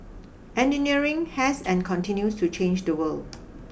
engineering has and continues to change the world